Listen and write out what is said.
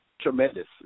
tremendous